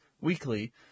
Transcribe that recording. weekly